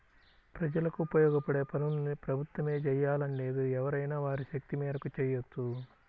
ప్రజలకు ఉపయోగపడే పనుల్ని ప్రభుత్వమే జెయ్యాలని లేదు ఎవరైనా వారి శక్తి మేరకు చెయ్యొచ్చు